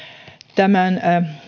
tämän